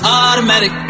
automatic